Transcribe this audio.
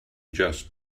just